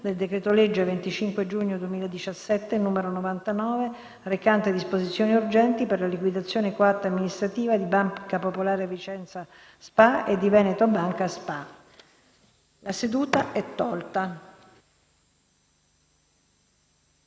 del decreto-legge 25 giugno 2017, n. 99, recante disposizioni urgenti per la liquidazione coatta amministrativa di Banca Popolare di Vicenza SpA e di Veneto Banca SpA. L'ordine del